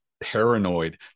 paranoid